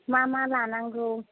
मा मा लानांगौ